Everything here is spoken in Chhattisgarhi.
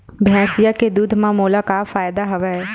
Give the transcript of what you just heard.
भैंसिया के दूध म मोला का फ़ायदा हवय?